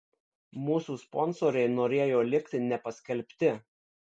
mūsų sponsoriai norėjo likti nepaskelbti